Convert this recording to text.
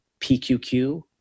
PQQ